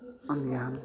ਆਉਂਦੀਆਂ ਹਨ